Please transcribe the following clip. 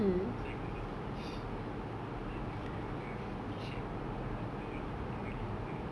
inside got a lot of fish then the the fish like poop in the water all got mineral already right